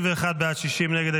51 בעד, 60 נגד.